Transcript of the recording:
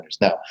Now